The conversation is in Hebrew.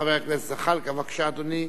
חבר הכנסת זחאלקה, בבקשה, אדוני.